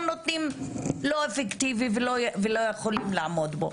נותנים לא אפקטיבי ולא יכולים לעמוד בו,